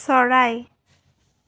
চৰাই